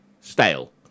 stale